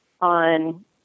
on